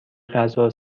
غذا